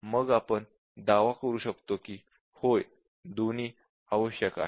मग आपण दावा करू शकतो की होय दोन्ही आवश्यक आहेत